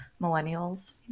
millennials